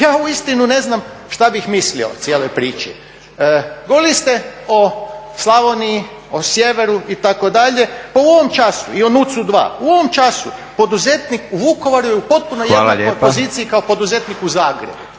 ja uistinu ne znam što bih mislio o cijeloj priči. Govorili ste o Slavoniji, o sjeveru, itd., u ovom času i o …, u ovom času poduzetnik u Vukovaru je u potpunoj jednakoj poziciji kao poduzetnik u Zagrebu.